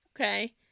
Okay